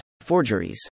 forgeries